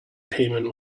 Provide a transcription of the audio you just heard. payment